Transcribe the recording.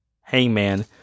Hangman